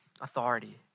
authority